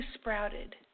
sprouted